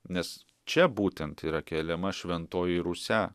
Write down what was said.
nes čia būtent yra keliama šventoji rusia